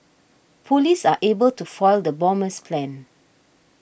police are able to foil the bomber's plans